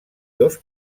dos